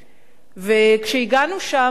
כשהגענו שם ללמוד,